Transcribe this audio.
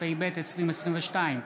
התשפ"ב 2022,